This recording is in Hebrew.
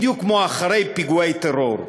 בדיוק כמו אחרי פיגועי טרור,